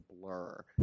blur